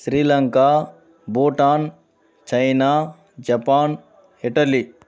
Sri Lanka Bhutan China Japan Italy